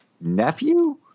nephew